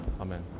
Amen